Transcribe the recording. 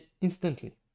instantly